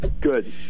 Good